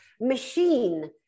machine